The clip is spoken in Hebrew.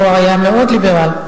הוא היה מאוד ליברל.